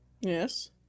Yes